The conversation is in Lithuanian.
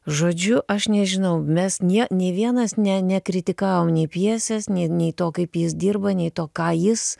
žodžiu aš nežinau mes nie nei vienas ne nekritikavom nei pjesės nei nei to kaip jis dirba nei to ką jis